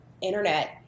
internet